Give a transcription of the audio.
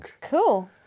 Cool